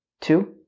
two